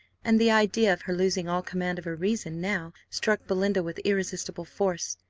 and the idea of her losing all command of her reason now struck belinda with irresistible force.